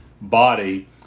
body